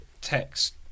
text